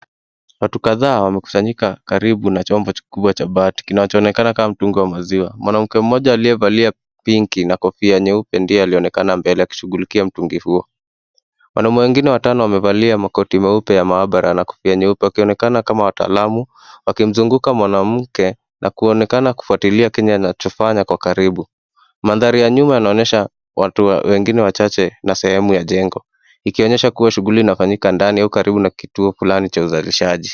Watu kadhaa wamekusanyika karibu na chombo kikubwa cha bati kinachoonekana kama mtungi wa maziwa. Mwanamke mmoja aliyevaa pinki na kofia nyeupe ndiye alionekana mbele akishughulikia mtungi huo. Wanaume wengine watano wamevaa makoti meupe ya maabara na kofia nyeupe wakionekana kama wataalamu wakimzunguka mwanamke na kuonekana kufuatilia kile anachofanya kwa karibu. Mandhari ya nyuma yanaonyesha watu wengine wachache na sehemu ya jengo, ikionyesha kuwa shughuli inafanyika ndani au karibu na kituo fulani cha uzalishaji.